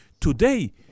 Today